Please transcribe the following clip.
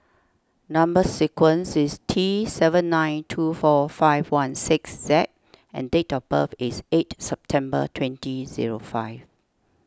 Number Sequence is T seven nine two four five one six Z and date of birth is eight September twenty zero five